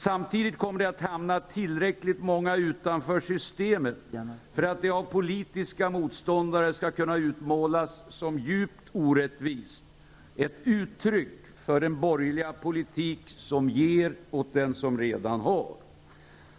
Samtidigt kommer det att hamna tillräckligt många utanför systemet för att det av politiska motståndare skall kunna utmålas som djupt orättvist, ett uttryck för den borgerliga politik som ger åt den som redan har.